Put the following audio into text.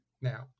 Now